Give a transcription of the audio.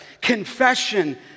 confession